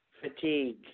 fatigue